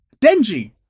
Denji